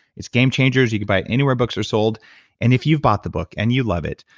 it's game changers. you can buy it anywhere books are sold and if you've bought the book and you love it,